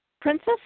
Princess